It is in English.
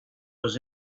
was